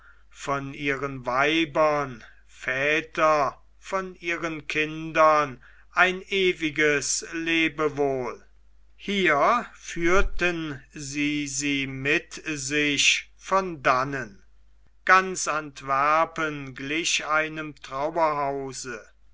von ihren weibern väter von ihren kindern ein ewiges lebewohl hier führten sie sie mit sich von dannen ganz antwerpen glich einem trauerhause